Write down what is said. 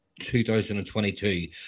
2022